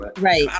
Right